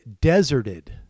DESERTED